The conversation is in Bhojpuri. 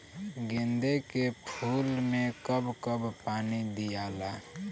गेंदे के फूल मे कब कब पानी दियाला?